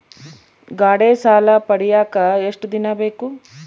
ಗಾಡೇ ಸಾಲ ಪಡಿಯಾಕ ಎಷ್ಟು ದಿನ ಬೇಕು?